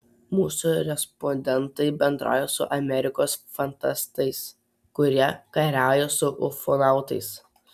mūsų respondentai bendrauja su amerikos fantastais kurie kariauja su ufonautais